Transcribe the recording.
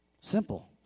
Simple